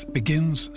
begins